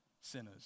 sinners